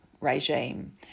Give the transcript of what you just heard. regime